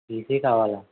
TC కావాలా